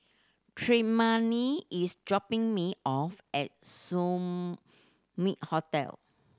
Tremayne is dropping me off at Hotel